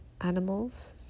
animals